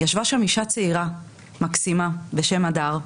ישבה שם אישה צעירה מקסימה שקוראים לה הדר,